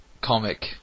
comic